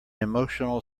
emotional